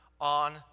on